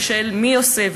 ושל מי עושה,